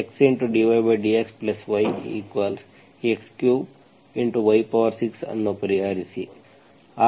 xdydx y x3 y6 ಅನ್ನು ಪರಿಹರಿಸಿ